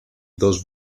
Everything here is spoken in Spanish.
dos